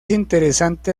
interesante